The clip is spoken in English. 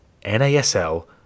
NASL